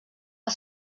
els